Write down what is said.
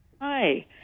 Hi